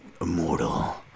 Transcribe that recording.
Immortal